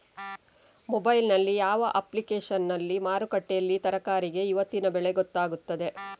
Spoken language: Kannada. ಮೊಬೈಲ್ ನಲ್ಲಿ ಯಾವ ಅಪ್ಲಿಕೇಶನ್ನಲ್ಲಿ ಮಾರುಕಟ್ಟೆಯಲ್ಲಿ ತರಕಾರಿಗೆ ಇವತ್ತಿನ ಬೆಲೆ ಗೊತ್ತಾಗುತ್ತದೆ?